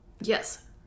Yes